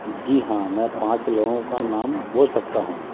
जी हाँ मैं पाँच लोगों का नाम बोल सकता हूँ